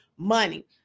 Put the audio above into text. Money